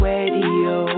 Radio